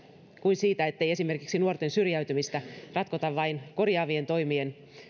kuin siitä ettei esimerkiksi nuorten syrjäytymistä ratkota vain korjaavien toimien